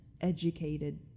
educated